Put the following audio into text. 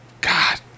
God